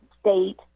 State